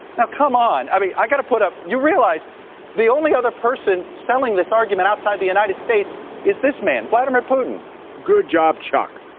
now, come on. i mean, i got to put up you realize the only other person selling this argument outside the united states is this man, vladimir putin good job, chuck.